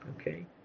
okay